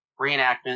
reenactment